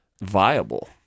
viable